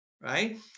right